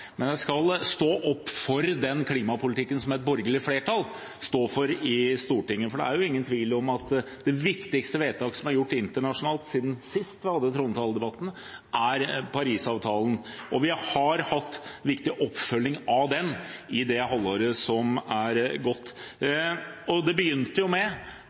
men jeg skal stå opp for den klimapolitikken som et borgerlig flertall i Stortinget står for. Det er ingen tvil om at det viktigste vedtaket som er gjort internasjonalt siden sist vi hadde trontaledebatt, er Paris-avtalen, og vi har hatt en viktig oppfølging av den i det halvåret som er gått. Det begynte med